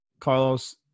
Carlos –